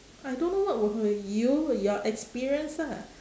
I don't know what would her you your experience ah